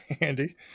Andy